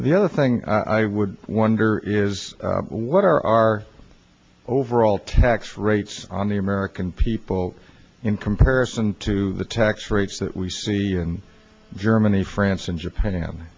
the other thing i would wonder is what are our overall tax rates on the american people in comparison to the tax rates that we see in germany france and japan